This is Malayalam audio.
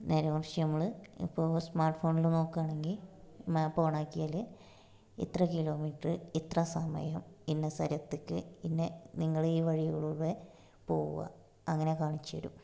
നേരെ മറിച്ച് നമ്മൾ ഇപ്പോൾ സ്മാര്ട്ട് ഫോണിൽ നോക്കുവാണെങ്കില് മാപ്പ് ഓൺ ആക്കിയാൽ ഇത്ര കിലോമീറ്റർ ഇത്ര സമയം ഇന്ന സ്ഥലത്തെക്ക് ഇന്ന നിങ്ങൾ ഈ വഴിയിലൂടെ പോവുക അങ്ങനെ കാണിച്ചുതരും